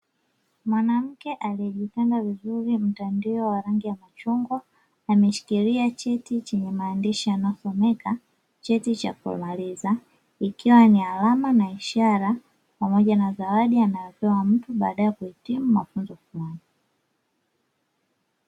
Mwanamke aliyejitanda vizuri mtandio wa rangi ya machungwa ameshikilia cheti chenye maandishi yanayosomeka cheti cha kumaliza, ikiwa ni alama na ishara pamoja na zawadi alizopewa mtu baada ya kuhitimu mafunzo fulani.